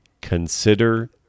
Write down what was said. consider